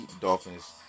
Dolphins